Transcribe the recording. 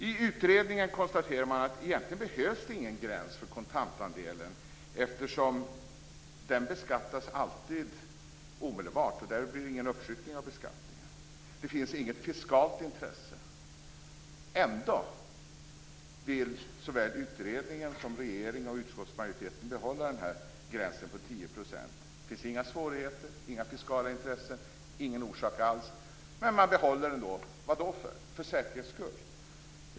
I utredningen konstaterar man att det egentligen inte behövs någon gräns för kontantandelen eftersom den alltid beskattas omedelbart. Där blir det ingen uppskjutning av beskattningen. Det finns inget fiskalt intresse. Ändå vill såväl utredningen som regeringen och utskottsmajoriteten behålla den här gränsen på 10 %. Det finns inga svårigheter, inga fiskala intressen och inga orsaker alls, men man behåller den ändå. Varför? Är det för säkerhets skull?